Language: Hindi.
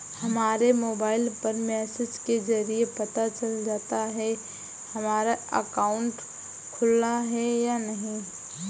हमारे मोबाइल पर मैसेज के जरिये पता चल जाता है हमारा अकाउंट खुला है या नहीं